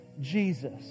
Jesus